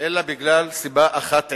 אלא בגלל סיבה אחת עיקרית,